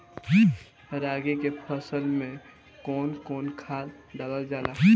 रागी के फसल मे कउन कउन खाद डालल जाला?